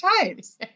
Times